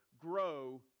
grow